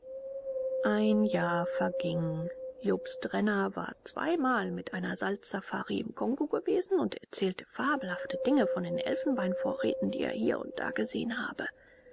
ein jahr verging jobst renner war zweimal mit einer salzsafari im kongo gewesen und erzählte fabelhafte dinge von den elfenbeinvorräten die er hier und da gesehen habe